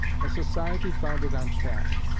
a society founded on caste,